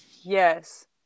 yes